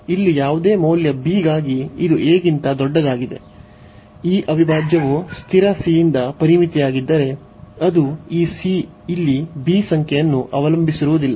ಇಲ್ಲಿ ಯಾವುದೇ ಮೌಲ್ಯ b ಗಾಗಿ ಇದು a ಗಿಂತ ದೊಡ್ಡದಾಗಿದೆ ಈ ಅವಿಭಾಜ್ಯವು ಸ್ಥಿರ C ಯಿಂದ ಪರಿಮಿತಿಯಾಗಿದ್ದರೆ ಅದು ಈ C ಇಲ್ಲಿ b ಸಂಖ್ಯೆಯನ್ನು ಅವಲಂಬಿಸಿರುವುದಿಲ್ಲ